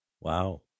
Wow